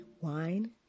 Wine